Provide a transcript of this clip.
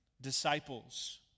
disciples